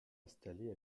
installé